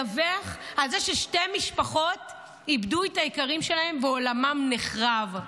ששתי משפחות איבדו את היקרים שלהן ועולמן נחרב.